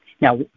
Now